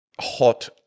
hot